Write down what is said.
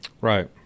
Right